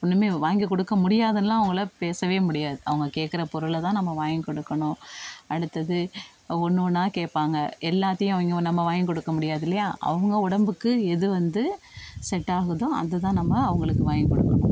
ஒன்றுமே வாங்கிக்கொடுக்க முடியாதுன்லாம் அவங்களை பேசவே முடியாது அவங்க கேட்கற பொருளை தான் நம்ம வாங்கிக்கொடுக்கணும் அடுத்தது ஒன்று ஒன்றா கேட்பாங்க எல்லாத்தையும் அவங்க நம்ம வாங்கிக்கொடுக்க முடியாது இல்லையா அவங்க உடம்புக்கு எது வந்து செட்டாகுதோ அது தான் நம்ம அவங்களுக்கு வாங்கிக்கொடுக்கணும்